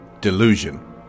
Delusion